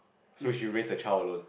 so she will raise the child alone